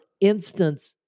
instance